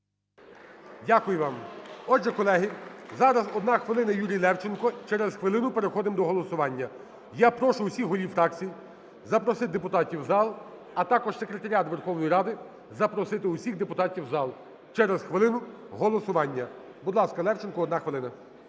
Дякую вам! Отже, колеги, зараз одна хвилина – Юрій Левченко. Через хвилину переходимо до голосування. Я прошу всіх голів фракцій запросити депутатів у зал, а також секретаріат Верховної Ради запросити всіх депутатів у зал. Через хвилину голосування. Будь ласка, Левченко, 1 хвилина.